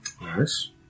Nice